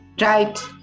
Right